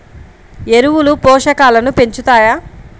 ఎరువులు పోషకాలను పెంచుతాయా?